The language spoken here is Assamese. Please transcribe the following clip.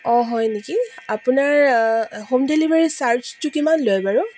অঁ হয় নেকি আপোনাৰ হোম ডেলিভাৰী চাৰ্জটো কিমান লয় বাৰু